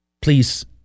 Please